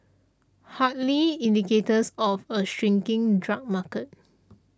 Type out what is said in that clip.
hardly indicators of a shrinking drug market